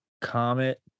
comet